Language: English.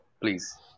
please